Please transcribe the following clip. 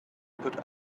put